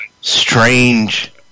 strange